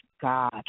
God